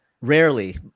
Rarely